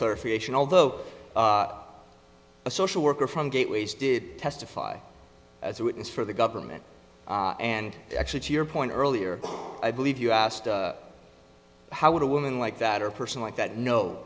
clarification although a social worker from gateway's did testify as a witness for the government and actually to your point earlier i believe you asked how would a woman like that or a person like that know